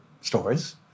stories